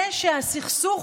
הסכסוך